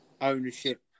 ownership